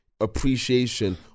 appreciation